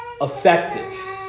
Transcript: effective